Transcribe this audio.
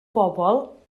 bobl